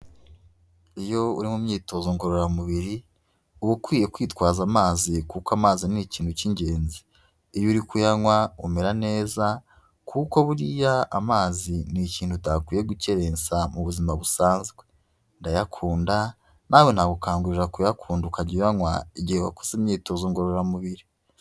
Iyo uri mu myitozo ngororamubiri, uba ukwiye kwitwaza amazi kuko amazi ni ikintu cy'ingenzi. Iyo uri kuyanywa umera neza, kuko buriya amazi ni ikintu utakwiye gukerensa, mu buzima busanzwe. Ndayakunda, nawe nagukangurira kuyakunda ukajya uyanywa, igihe wakoze imyitozo ngororamubiri.